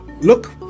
look